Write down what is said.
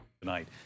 Tonight